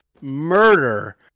Murder